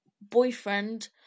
boyfriend